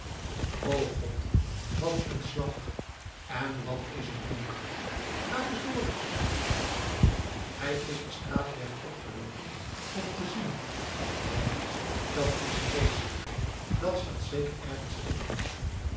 o god wat een slag en wat is het donker waar is dorus hij is den straatweg op geloopen om te zien hè dat's vreeselijk dat slaat zeker ergens in